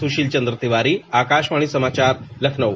सुशील चन्द्र तिवारी आकाशवाणी समाचार लखनऊ